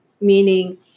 meaning